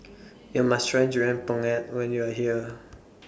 YOU must Try Durian Pengat when YOU Are here